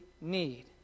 need